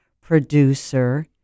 producer